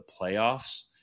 playoffs